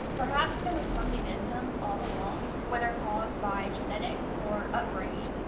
perhaps there was something in him all along, whether caused by genetics or upbringing,